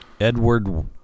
Edward